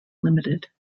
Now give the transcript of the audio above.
limited